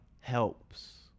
helps